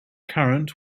current